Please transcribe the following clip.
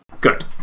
Good